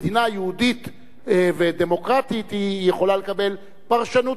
מדינה יהודית ודמוקרטית יכולה לקבל פרשנות